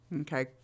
Okay